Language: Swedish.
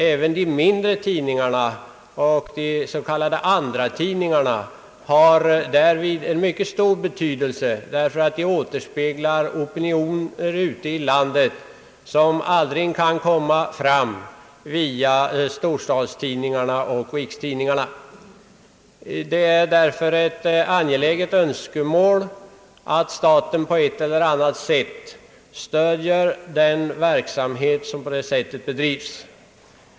Även de mindre tidningarna och de s.k. andratidningarna har därvid en mycket stor betydelse därför att de återspeglar en opinion ute i landet som aldrig kan komma till uttryck via storstadstidningarna och rikstidningarna. Det är därför ett angeläget önskemål att staten på ett eller annat sätt stödjer den verksamhet som härvidlag bedrivs.